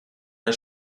der